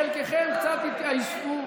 חלקכם קצת התעייפתם.